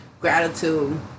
gratitude